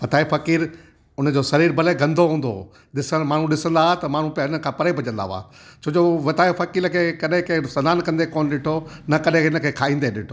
वताये फ़कीर हुनजो सरीर भले गंदो हूंदो हुयो ॾिसण माण्हू ॾिसंदा हा त माण्हू हिनखां परे भजंदा हुआ छोजो वताये फ़कीर खे कॾहिं कंहिं सिनान कंदे कोन्ह ॾिठो हुओ न कॾहिं हिनखे खाईंदे ॾिठो हुओ